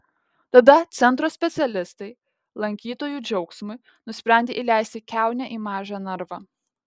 tada centro specialistai lankytojų džiaugsmui nusprendė įleisti kiaunę į mažą narvą